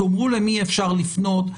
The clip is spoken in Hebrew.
תאמרו למי אפשר לפנות,